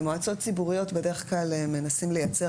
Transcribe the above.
במועצות ציבוריות בדרך כלל מנסים לייצר